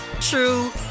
true